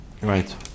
Right